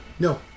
No